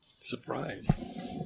Surprise